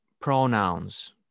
Pronouns